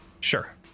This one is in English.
sure